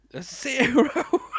Zero